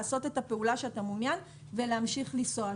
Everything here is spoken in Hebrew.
לעשות את הפעולה שאתה מעוניין ולהמשיך לנסוע,